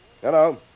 Hello